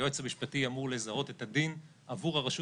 היועץ המשפטי אמור לזהות את הדין עבור הרשות